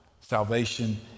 Salvation